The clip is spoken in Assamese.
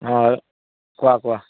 অঁ কোৱা কোৱা